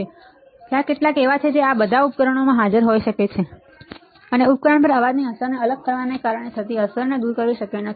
તેથી ત્યાં કેટલાક એવા છે કે આ બધા અવાજ ઉપકરણમાં હાજર હોઈ શકે છે અને ઉપકરણ પર અવાજની અસરને અલગ કરવાને કારણે થતી અસરને દૂર કરવી શક્ય નથી